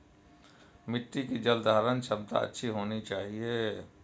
मिट्टी की जलधारण क्षमता अच्छी होनी चाहिए